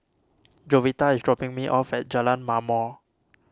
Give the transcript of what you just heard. Jovita is dropping me off at Jalan Ma'mor